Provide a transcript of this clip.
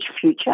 future